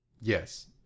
Yes